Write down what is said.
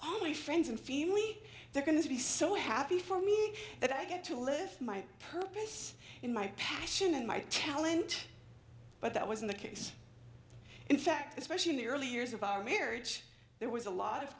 only friends and family they're going to be so happy for me that i get to live my purpose in my passion and my talent but that was in the case in fact especially in the early years of our marriage there was a lot of